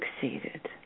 succeeded